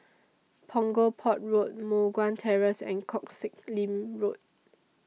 Punggol Port Road Moh Guan Terrace and Koh Sek Lim Road